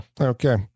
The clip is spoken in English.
Okay